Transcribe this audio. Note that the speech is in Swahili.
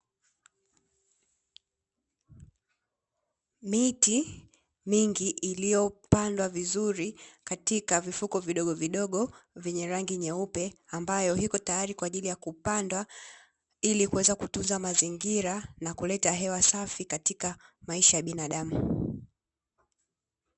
Miti mingi iliyopandwa vizuri katika vifuko vidogovidogo vyenye rangi nyeupe ambayo iko tayari, kwa ajili ya kupandwa ili kuweza kutunza mazingira na kuleta hewa safi katika maisha ya binadamu.